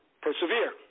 Persevere